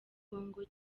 congo